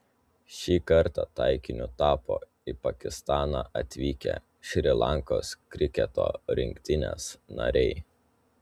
šį kartą taikiniu tapo į pakistaną atvykę šri lankos kriketo rinktinės nariai